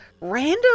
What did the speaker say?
random